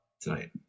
tonight